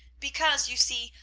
because, you see,